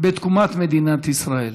בתקומת מדינת ישראל.